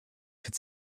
could